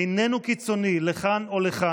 איננו קיצוני לכאן או לכאן,